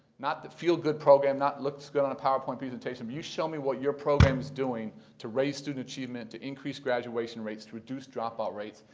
not the feel-good program, not looks good on a powerpoint presentation. but you show me what your program is doing to raise student achievement, to increase graduation rates, to reduce drop-out rates.